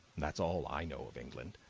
that's all i know of england.